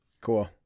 Cool